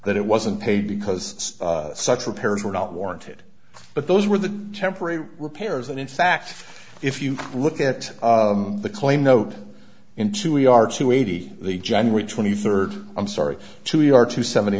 that it wasn't paid because such repairs were not warranted but those were the temporary repairs and in fact if you look at the claim note into we are to eighty the january twenty third i'm sorry to your two seventy